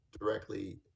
directly